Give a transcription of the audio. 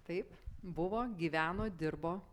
taip buvo gyveno dirbo